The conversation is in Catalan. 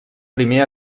primer